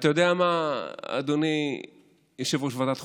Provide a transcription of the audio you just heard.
אתה יודע מה, אדוני יושב-ראש ועדת החוקה?